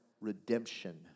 redemption